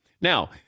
Now